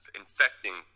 infecting